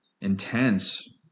intense